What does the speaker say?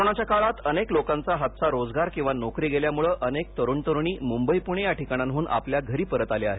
कोरोनाच्या काळात अनेक लोकांचा हातचा रोजगार किंवा नोकरी गेल्यामुळे अनेक तरुण तरुणी मुबई पुणे या ठिकाणाहून आपल्या घरी परत आले आहेत